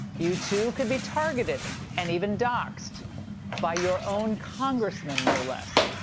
you too can be targeted and even doxxed by your own congressman, no less.